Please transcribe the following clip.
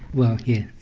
well yeah,